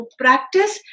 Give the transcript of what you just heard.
practice